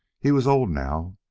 he was old now,